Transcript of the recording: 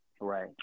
Right